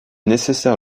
nécessaire